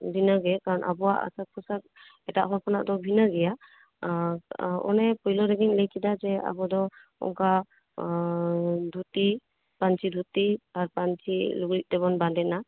ᱵᱷᱤᱱᱟᱹ ᱜᱮᱭᱟ ᱠᱟᱨᱚᱱ ᱟᱵᱚᱣᱟᱜ ᱟᱥᱟᱠ ᱯᱳᱥᱟᱠ ᱮᱴᱟᱜ ᱦᱚᱲ ᱠᱷᱚᱱᱟᱜ ᱫᱚ ᱵᱷᱤᱱᱟᱹ ᱜᱮᱭᱟ ᱟᱨ ᱚᱱᱮ ᱯᱳᱭᱞᱳ ᱨᱮᱜᱮᱧ ᱞᱟᱹᱭ ᱠᱮᱫᱟ ᱡᱮ ᱟᱵᱚᱫᱚ ᱚᱠᱟ ᱫᱷᱩᱛᱤ ᱯᱟᱹᱧᱪᱤ ᱫᱷᱩᱛᱤ ᱟᱨ ᱯᱟᱹᱧᱪᱤ ᱞᱩᱜᱽᱲᱤᱛᱮ ᱵᱚᱱ ᱵᱟᱸᱫᱮᱱᱟ